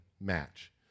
match